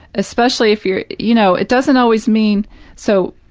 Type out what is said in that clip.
especially if you're you know, it doesn't always mean so,